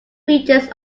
features